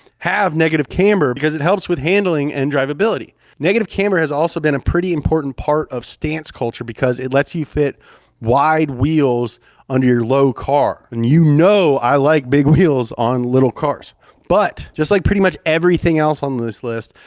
have negative camber because it helps with handling and drivability. negative camber has also been a pretty important part of stance culture because it lets you fit wide wheels under your low car, and you know i like big wheels on little cars but just like pretty much everything else on this list,